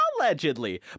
Allegedly